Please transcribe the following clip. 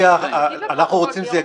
אנחנו רוצים שזה יגיע